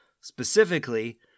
specifically